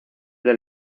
del